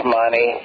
money